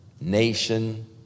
nation